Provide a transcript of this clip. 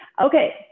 Okay